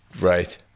Right